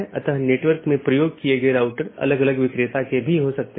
तो यह एक तरह से पिंगिंग है और एक नियमित अंतराल पर की जाती है